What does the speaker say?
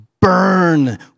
burn